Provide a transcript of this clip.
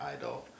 idol